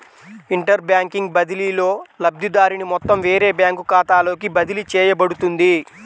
inter bank బదిలీలో, లబ్ధిదారుని మొత్తం వేరే బ్యాంకు ఖాతాలోకి బదిలీ చేయబడుతుంది